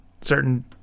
certain